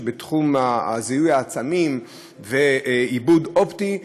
בתחום זיהוי עצמים ועיבוד אופטי,